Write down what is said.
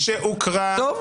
טוב.